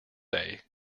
day